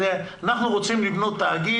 אנחנו כבר מוצאים את המספר